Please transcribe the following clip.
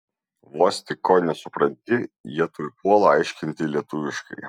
vos tik ko nesupranti jie tuoj puola aiškinti lietuviškai